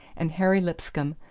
and harry lipscomb,